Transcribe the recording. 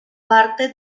parte